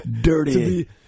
Dirty